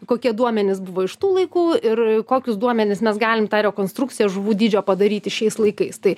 kokie duomenys buvo iš tų laikų ir kokius duomenis mes galim tą rekonstrukciją žuvų dydžio padaryti šiais laikais tai